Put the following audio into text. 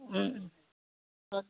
ꯎꯝ ꯎꯝ ꯍꯣꯏ